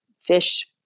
fish